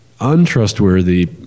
untrustworthy